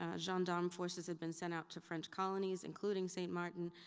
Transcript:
ah gendarme forces had been sent out to french colonies, including st. martin,